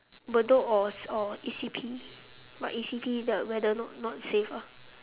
bedok or or E_C_P but E_C_P the weather not not safe ah